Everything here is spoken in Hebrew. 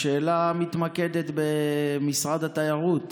השאלה מתמקדת במשרד התיירות.